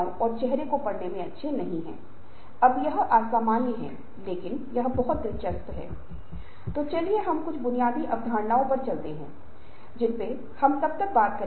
और संगठन के जनादेश के लिए संगठन की दृष्टि के लिए हम दृष्टि को महसूस नहीं कर पा रहे हैं इसलिए परिवर्तन की आवश्यकता को पहचानने को अधूरापन की स्थिति कहा जाता है